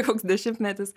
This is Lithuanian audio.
koks dešimtmetis